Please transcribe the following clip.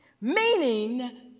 meaning